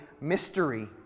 mystery